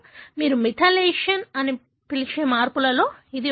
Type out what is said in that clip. మీరు మిథైలేషన్ అని పిలిచే మార్పులలో ఇది ఒకటి